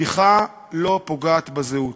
סליחה לא פוגעת בזהות.